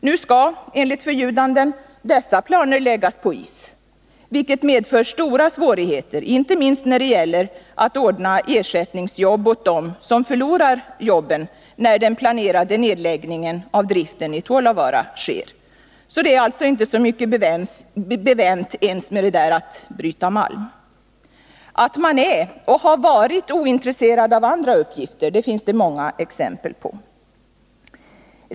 Nu skall, enligt förljudanden, dessa planer läggas på is, vilket medför stora svårigheter inte minst när det gäller att ordna ersättningsjobb åt dem som förlorar sina arbeten när den planerade nedläggningen av driften i Tuolluvaara sker. Det är alltså inte så mycket bevänt ens med talet om ”att bryta malm”. Att man är och har varit ointresserad av andra uppgifter finns många -: exempel på.